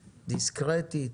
דיסקרטית,